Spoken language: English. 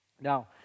Now